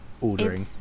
ordering